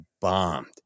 bombed